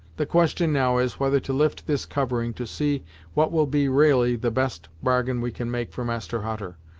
the question now is, whether to lift this covering to see what will be ra'ally the best bargain we can make for master hutter,